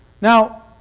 Now